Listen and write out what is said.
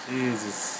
Jesus